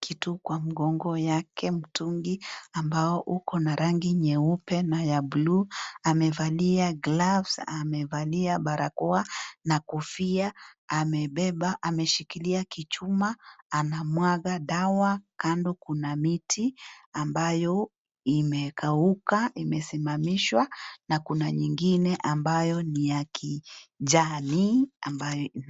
kitu kwa mgongo yake. Mtungi ambao uko na rangi nyeupe na ya blue , amevalia gloves , amevalia barakoa na kofia, amebeba, ameshikilia kichuma. Anamwaga dawa, kando kuna miti ambayo imekauka imesimamishwa na kuna nyingine ambayo ni ya kijani ambayo...